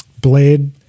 Blade